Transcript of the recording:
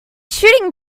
shooting